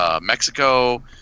Mexico